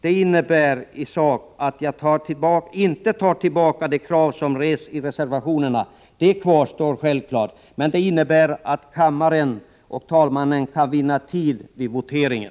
Det innebär inte att jag tar tillbaka de krav som rests i reservationerna — de kvarstår självfallet —men det innebär att kammaren och talmannen kan vinna tid vid voteringen.